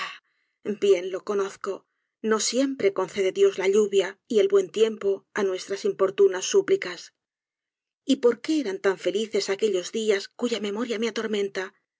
bien lo conozco no siempre concede dios la lluvia y el buen tiempo á nuestras importunas súplicas y por qué eran taníelices aquellos días cuya memoria me atormenta